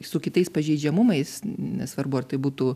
su kitais pažeidžiamumais nesvarbu ar tai būtų